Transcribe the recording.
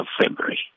February